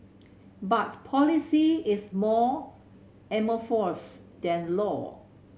but policy is more amorphous than law